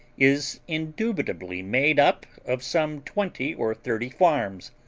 is indubitably made up of some twenty or thirty farms.